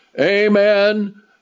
Amen